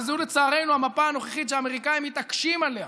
וזו לצערנו המפה הנוכחית שהאמריקאים מתעקשים עליה,